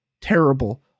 terrible